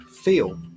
feel